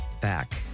back